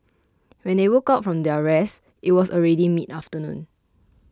when they woke up from their rest it was already mid afternoon